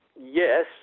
yes